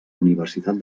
universitat